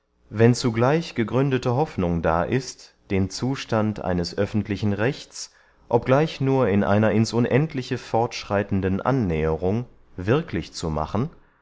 wenn zugleich gegründete hofnung da ist den zustand eines öffentlichen rechts obgleich nur in einer ins unendliche fortschreitenden annäherung wirklich zu machen